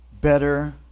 better